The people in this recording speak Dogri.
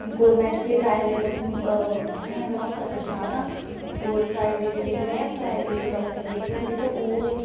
गौरमेंट ते प्राइवेट तुसें ई अगर अ'ऊं फर्क सनांऽ तां प्राइवेट जेह्के प्राइवेट डॉक्टर जेह्के होंदे ते ओह्